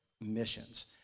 missions